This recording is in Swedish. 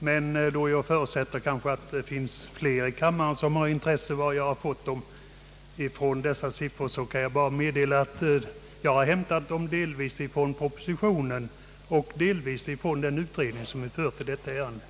Men då jag förutsätter att det finns flera i kammaren som har intresse för var jag har fått siffrorna ifrån, kan jag meddela att jag hämtat dem delvis i propositionen och delvis i den utredning som företagits i detta ärende.